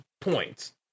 points